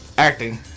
acting